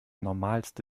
normalste